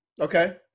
Okay